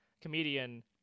comedian